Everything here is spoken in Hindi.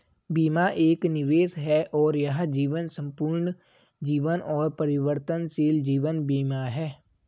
बीमा एक निवेश है और यह जीवन, संपूर्ण जीवन और परिवर्तनशील जीवन बीमा है